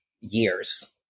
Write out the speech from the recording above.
years